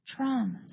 traumas